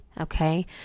okay